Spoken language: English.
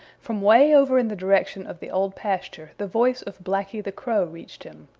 from way over in the direction of the old pasture the voice of blacky the crow reached him.